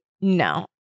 no